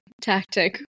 tactic